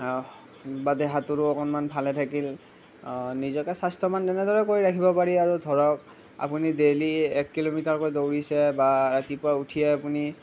বা দেহাটোৰো অকণমান ভালে থাকিল নিজকে স্বাস্থ্যৱান তেনেদৰে কৰি ৰাখিব পাৰি আৰু ধৰক আপুনি ডেইলি এক কিলোমিটাৰকৈ দৌৰিছে বা ৰাতিপুৱা উঠিয়ে আপুনি